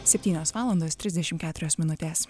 septynios valandos trisdešimt keturios minutės